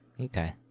Okay